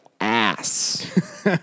ass